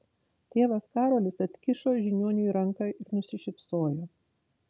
tėvas karolis atkišo žiniuoniui ranką ir nusišypsojo